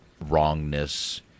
wrongness